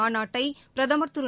மாநாட்டை பிரதமர் திரு